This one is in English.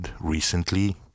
recently